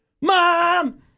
Mom